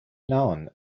known